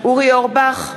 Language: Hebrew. אורי אורבך,